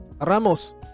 Ramos